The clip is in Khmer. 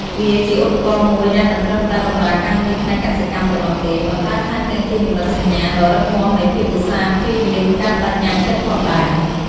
វាជាឧបករណ៍មួយដែលមិនត្រឹមតែបម្រើការងារផ្នែកកសិកម្មប៉ុណ្ណោះទេ ប៉ុន្តែថែមទាំងជានិមិត្តសញ្ញាដ៏រឹងមាំនៃភាពឧស្សាហ៍ព្យាយាម ការប្តេជ្ញាចិត្តផងដែរ។